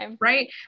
Right